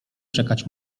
czekać